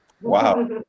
Wow